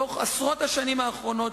לאורך עשרות השנים האחרונות,